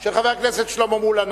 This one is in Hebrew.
של חבר הכנסת שלמה מולה,